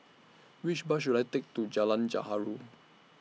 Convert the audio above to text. Which Bus should I Take to Jalan Gaharu